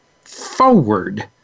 forward